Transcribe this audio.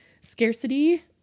scarcity